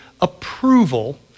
approval